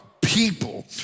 people